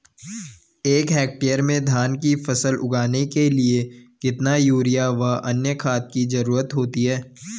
एक हेक्टेयर में धान की फसल उगाने के लिए कितना यूरिया व अन्य खाद की जरूरत होती है?